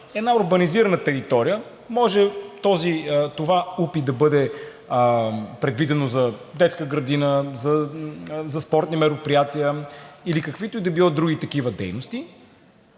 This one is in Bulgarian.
една урбанизирана територия може това УПИ да бъде предвидено за детска градина, за спортни мероприятия или каквито и да било други такива дейности